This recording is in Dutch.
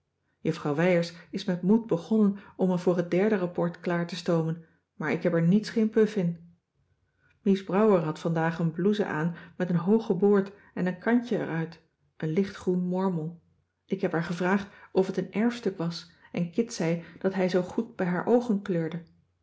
juffrouw wijers is met moed begonnen om me voor het derde rapport klaar te stoomen maar ik heb er niets geen puf in mies brouwer had vandaag een blouse aan met een hoogen boord en een kantje eruit een lichtgroen mormel ik heb haar gevraagd of het een erfstuk was en kit zei dat hij zoo goed bij haar oogen kleurde